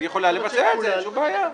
אין שום בעיה.